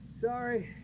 Sorry